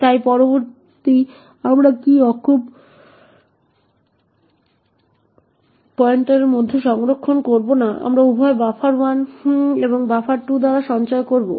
তাই পরবর্তী আমরা কি অক্ষর পয়েন্টার মধ্যে সংরক্ষণ করবো না আমরা উভয় buffer1 এবং buffer2 দ্বারা সঞ্চয় করবো